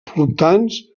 portants